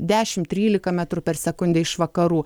dešim trylika metrų per sekundę iš vakarų